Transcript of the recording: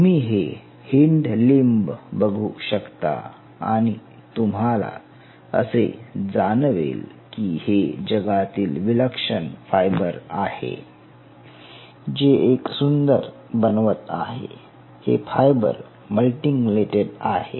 तुम्ही हे hind limb बघू शकता आणि तुम्हाला असे जाणवेल की हे जगातील विलक्षण फायबर आहे जे एक सुंदर बनवत आहे हे फायबर मल्टीनक्लेटेड आहे